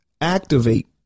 activate